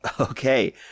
Okay